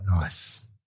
Nice